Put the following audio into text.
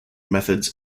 methods